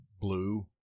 blue